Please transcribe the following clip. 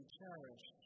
cherish